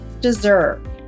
deserve